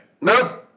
no